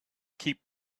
keep